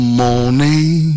morning